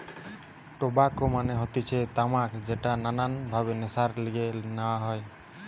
tobacco মানে হতিছে তামাক যেটা নানান ভাবে নেশার লিগে লওয়া হতিছে